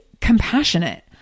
compassionate